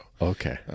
okay